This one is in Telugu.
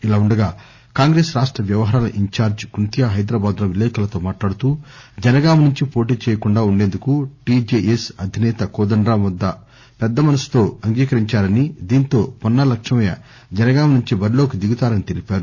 ఇలా ఉండగా కాంగ్రెస్ రాష్ణ వ్యవహారాల ఇన్ఛార్ల్ కుంతియా హైదరాబాద్ లో విలేకరులతో మాట్లాడుతూ జనగామ నుంచి పోటీ చేయకుండా ఉండేందుకు టిజెఎస్ అధిసేత కోదండరామ్ పెద్ద మనసుతో అంగీకరించారని దీంతో పొన్నాల లక్ష్మయ్య జనగామ నుంచి బరిలోకి దీగుతారని తెలిపారు